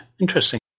interesting